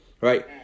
right